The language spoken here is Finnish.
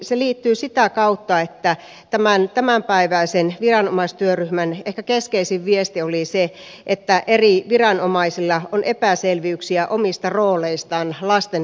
se liittyy sitä kautta että tämän tämänpäiväisen viranomaistyöryhmän ehkä keskeisin viesti oli se että eri viranomaisilla on epäselvyyksiä omista rooleistaan lastensuojelussa